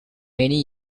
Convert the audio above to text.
many